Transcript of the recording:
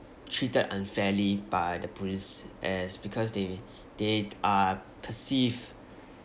treated unfairly by the police as because they they are perceived